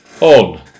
on